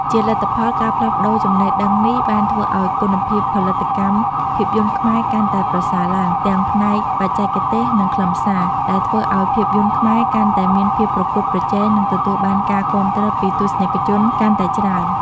ជាលទ្ធផល ការផ្លាស់ប្តូរចំណេះដឹងនេះបានធ្វើឱ្យគុណភាពផលិតកម្មភាពយន្តខ្មែរកាន់តែប្រសើរឡើង ទាំងផ្នែកបច្ចេកទេស និងខ្លឹមសារ ដែលធ្វើឱ្យភាពយន្តខ្មែរកាន់តែមានភាពប្រកួតប្រជែង និងទទួលបានការគាំទ្រពីទស្សនិកជនកាន់តែច្រើន។